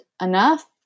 enough